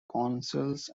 councils